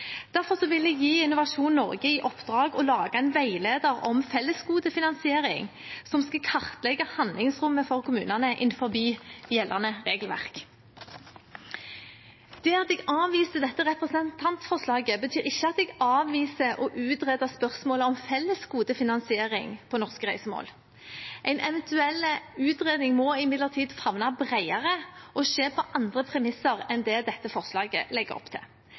vil vi gi Innovasjon Norge i oppdrag å lage en veileder om fellesgodefinansiering som skal kartlegge handlingsrommet for kommunene innenfor gjeldende regelverk. Det at jeg avviser dette representantforslaget, betyr ikke at jeg avviser å utrede spørsmålet om fellesgodefinansiering på norske reisemål. En eventuell utredning må imidlertid favne bredere og skje på andre premisser enn det dette forslaget legger opp til.